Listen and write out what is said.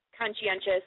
conscientious